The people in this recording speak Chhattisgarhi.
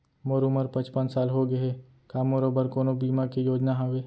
मोर उमर पचपन साल होगे हे, का मोरो बर कोनो बीमा के योजना हावे?